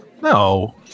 No